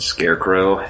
Scarecrow